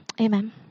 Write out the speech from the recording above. Amen